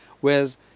whereas